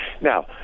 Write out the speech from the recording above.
Now